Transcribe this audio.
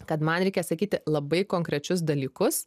kad man reikia sakyti labai konkrečius dalykus